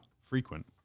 frequent